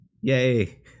yay